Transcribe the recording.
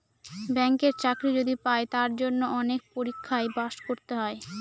ব্যাঙ্কের চাকরি যদি পাই তার জন্য অনেক পরীক্ষায় পাস করতে হয়